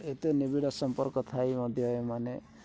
ଏତେ ନିବିଡ଼ ସମ୍ପର୍କ ଥାଇ ମଧ୍ୟ ଏମାନେ